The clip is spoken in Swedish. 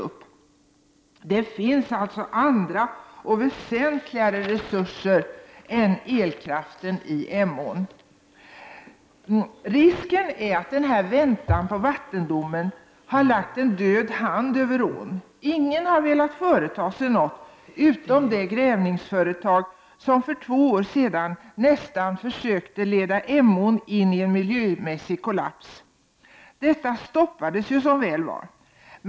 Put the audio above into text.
I Emån finns det alltså andra och väsentligare resurser än just elkraften. Risken är att väntan på vattendom lägger en död hand över ån. Ingen har velat företa sig något — utom det grävningsföretag som för två år sedan försökte leda Emån in i något som nästan skulle blivit en miljömässig kollaps. Detta handlande stoppades ju som väl var.